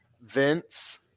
Vince